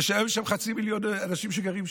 זה שהיום יש שם חצי מיליון אנשים שגרים שם.